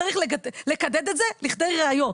צריך לקדד את זה לכדי ראיות.